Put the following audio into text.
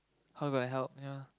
how you gonna help ya